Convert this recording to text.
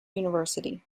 university